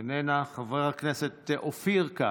איננה, חבר הכנסת אופיר כץ,